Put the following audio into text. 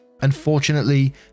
unfortunately